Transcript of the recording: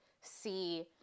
see